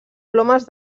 plomes